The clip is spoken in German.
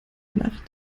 nach